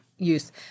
use